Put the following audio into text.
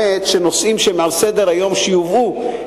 שנושאים שהם על סדר-היום יובאו,